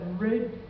red